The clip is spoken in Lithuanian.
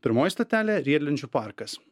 pirmoji stotelė riedlenčių parkas